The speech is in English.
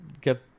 get